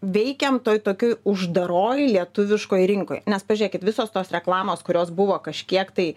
veikiam toj tokioj uždaroj lietuviškoj rinkoj nes pažiūrėkit visos tos reklamos kurios buvo kažkiek tai